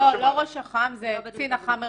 זה לא ראש אח"מ, זה קצין אח"מ מרחבי,